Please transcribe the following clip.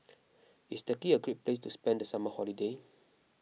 is Turkey a great place to spend the summer holiday